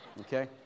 okay